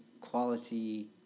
quality